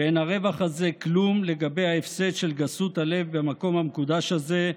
שאין הרווח הזה כלום לגבי ההפסד של גסות הלב במקום המקודש הזה,